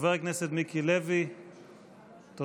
חבר הכנסת מיקי לוי, תודה.